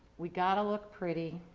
we've got to look pretty.